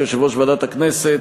כיושב-ראש ועדת הכנסת,